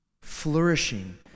Flourishing